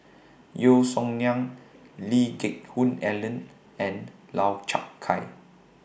Yeo Song Nian Lee Geck Hoon Ellen and Lau Chiap Khai